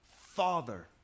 father